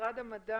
ממשרד המדע